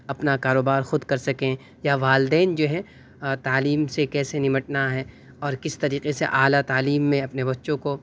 اپنا کاروبار خود کر سکیں یا والدین جو ہے تعلیم سے کیسے نمٹنا ہے اور کس طرح سے اعلیٰ تعلیم میں اپنے بچوں کو